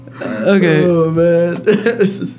Okay